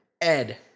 Ed